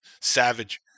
savage